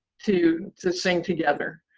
to to sing together.